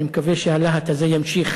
אני מקווה שהלהט הזה ימשיך